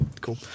Cool